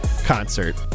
concert